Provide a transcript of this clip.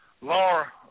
Laura